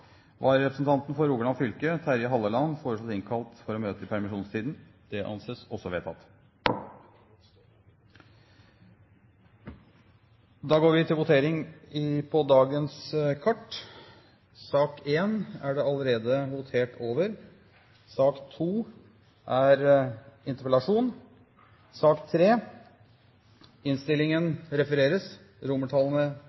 Vararepresentanten for Rogaland fylke, Terje Halleland, innkalles for å møte i permisjonstiden. Da går vi til votering. I sak nr. 1 er det allerede votert. I sak nr. 2 foreligger det ikke noe voteringstema. Votering i sak